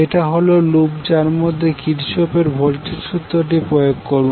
এটা হল লুপ যার মধ্যে কির্চফ এর ভোল্টেজ সূত্রটি প্রয়োগ করবো